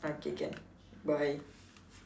okay can bye